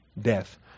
death